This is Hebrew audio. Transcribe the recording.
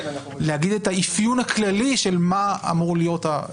להגיד את האפיון הכללי של מה אמור להיות,